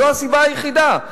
זו הסיבה היחידה.